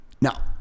Now